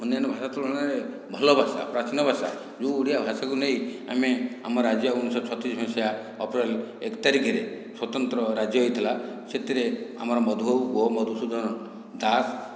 ଅନ୍ୟାନ୍ୟ ଭାର ତୁଳନାରେ ଭଲ ଭାଷା ପ୍ରାଚୀନ ଭାଷା ଯେଉଁ ଓଡ଼ିଆ ଭାଷାକୁ ନେଇ ଆମେ ଆମ ରାଜ୍ୟ ଉଣିଶ ଛତିଶ ମସିହା ଅପ୍ରିଲ ଏକ ତାରିଖରେ ସ୍ୱତନ୍ତ୍ର ରାଜ୍ୟ ହୋଇଥିଲା ସେଥିରେ ଆମର ମଧୁ ବାବୁ ଓ ମଧୁସୁଧନ ଦାସ